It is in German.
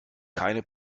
keine